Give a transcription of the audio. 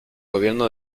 gobierno